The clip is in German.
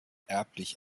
erblich